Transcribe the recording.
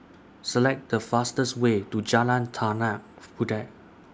Select The fastest Way to Jalan Tanah Puteh